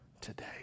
today